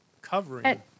covering